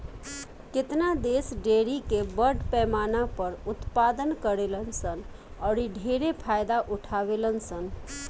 केतना देश डेयरी के बड़ पैमाना पर उत्पादन करेलन सन औरि ढेरे फायदा उठावेलन सन